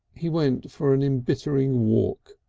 he went for an embittering walk,